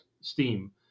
steam